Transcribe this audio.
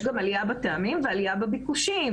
יש גם עלייה בטעמים ועלייה בביקושים.